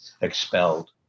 expelled